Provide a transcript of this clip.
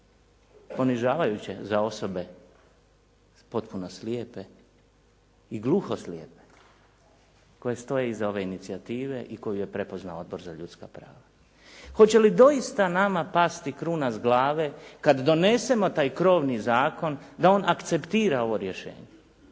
ponižavajuće za osobe potpuno slijepe i gluhoslijepe koje stoje iza ove inicijative i koju je prepoznao Odbor za ljudska prava. Hoće li doista nama pasti kruna s glave kad donesemo taj krovni zakon da on akceptira ovo rješenje?